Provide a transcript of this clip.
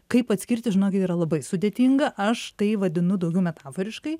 kaip atskirti žinokit yra labai sudėtinga aš tai vadinu daugiau metaforiškai